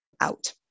out